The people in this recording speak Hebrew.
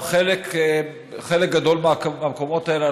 ובחלק גדול מהמקומות האלה,